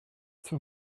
two